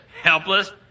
Helpless